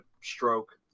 stroke